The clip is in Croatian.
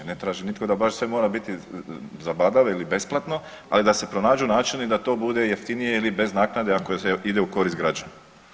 Ne traži nitko da baš sve mora biti zabadave ili besplatno, ali da se pronađu načini da to bude jeftinije ili bez naknade ako se ide u korist građana.